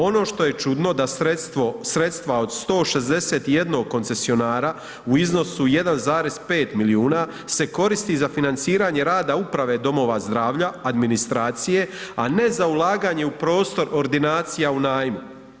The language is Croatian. Ono što je čudno, da sredstva od 161 koncesionara u iznosu 1,5 milijuna se koristi za financiranje rada uprave domova zdravalja, administracije, a ne za ulaganje u prostor ordinacija u najmu.